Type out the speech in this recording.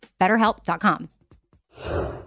BetterHelp.com